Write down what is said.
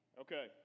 Okay